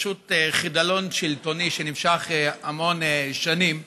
פשוט חידלון שלטוני שנמשך המון שנים,